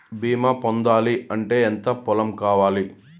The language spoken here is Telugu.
బీమా పొందాలి అంటే ఎంత పొలం కావాలి?